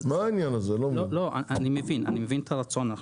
אני מבין את הרצון.